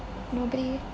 nobody